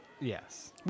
yes